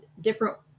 different